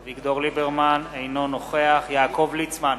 אינו נוכח יעקב ליצמן,